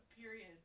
Period